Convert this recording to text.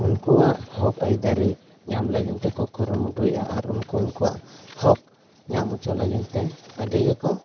ᱩᱱᱠᱩᱣᱟᱜ ᱦᱚᱠ ᱟᱹᱭᱫᱟᱹᱨᱤ ᱧᱟᱢ ᱞᱟᱹᱜᱤᱱ ᱛᱮᱠᱚ ᱠᱩᱨᱩᱢᱩᱴᱩᱭᱮᱫᱼᱟ ᱟᱨ ᱩᱱᱠᱩ ᱩᱱᱠᱩᱣᱟᱜ ᱦᱚᱠ ᱧᱟᱢ ᱦᱚᱪᱚ ᱞᱟᱹᱜᱤᱫᱛᱮ ᱟᱹᱰᱤᱜᱮᱠᱚ